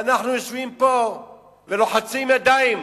ואנחנו יושבים פה ולוחצים ידיים.